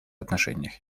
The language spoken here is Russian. отношениях